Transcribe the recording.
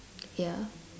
ya